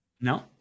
No